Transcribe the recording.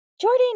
Jordan